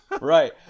right